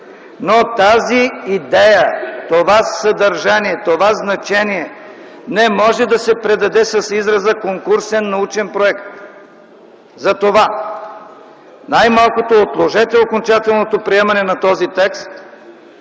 но тази идея, това съдържание, това значение не може да се придаде с израза „конкурсен научен проект”. Затова най-малкото отложете приемането на този текст